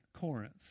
Corinth